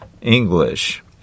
English